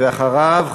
ואחריו,